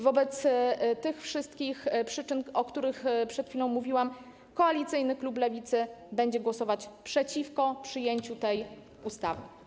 Wobec tych wszystkich przyczyn, o których przed chwilą mówiłam, koalicyjny klub Lewicy będzie głosować przeciwko przyjęciu tej ustawy.